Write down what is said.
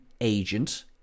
agent